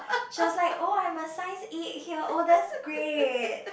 she was like oh I'm a size eight here oh that's great